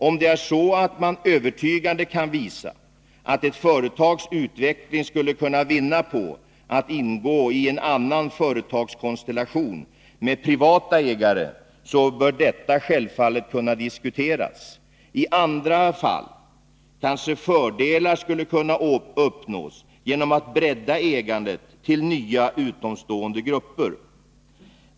Om man övertygande kan visa att ett företags utveckling skulle kunna vinna på att ingå i en företagskonstellation med privata ägare, bör detta självfallet kunna diskuteras. I andra fall kanske fördelar skulle kunna uppnås genom att ägandet breddades till nya, utomstående grupper.